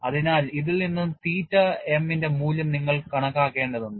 അതിനാൽ ഇതിൽ നിന്ന് തീറ്റ m ന്റെ മൂല്യം നിങ്ങൾ കണക്കാക്കേണ്ടതുണ്ട്